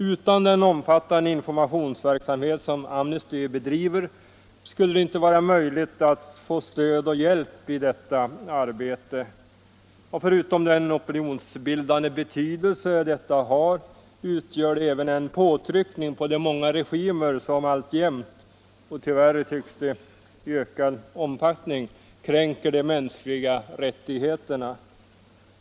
Utan den omfattande informationsverksamhet som Amnesty bedriver skulle det inte vara möjligt att få stöd och hjälp i detta arbete. Förutom den opinionsbildande betydelse arbetet har utgör det även en påtryckning på de många regimer som alltjämt och tyvärr, tycks det, i ökad omfattning kränker de mänskliga rättigheterna.